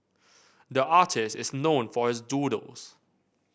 the artist is known for his doodles